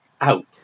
out